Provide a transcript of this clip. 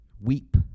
Weep